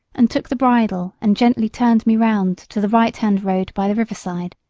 and took the bridle and gently turned me round to the right-hand road by the river side.